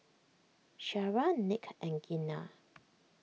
Shara Nick and Gena